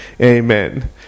Amen